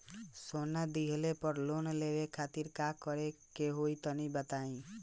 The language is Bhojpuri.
सोना दिहले पर लोन लेवे खातिर का करे क होई तनि बताई?